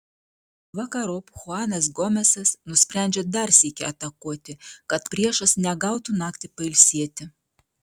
vakarop chuanas gomesas nusprendžia dar sykį atakuoti kad priešas negautų naktį pailsėti